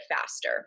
faster